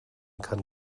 kann